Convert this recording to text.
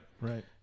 right